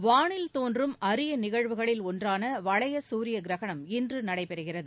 வானில் தோன்றும் அரிய நிகழ்வுகளில் ஒன்றாள வளைய சூரிய கிரகணம் இன்று நடைபெறுகிறது